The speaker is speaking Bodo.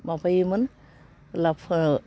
माबायोमोन लाफो